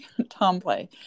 Tomplay